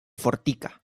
fortika